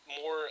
more